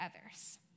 others